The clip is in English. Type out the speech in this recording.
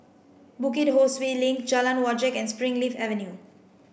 Bukit Ho Swee Link Jalan Wajek and Springleaf Avenue